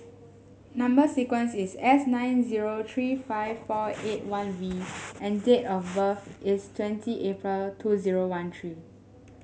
number sequence is S nine zero three five four eight one V and date of birth is twenty April two zero one three